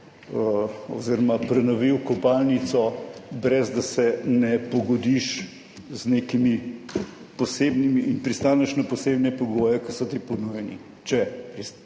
oziroma prenovil kopalnico, brez da se ne pogodiš z nekimi posebnimi in pristaneš na posebne pogoje, ki so ti ponujeni. Če ne pristaneš,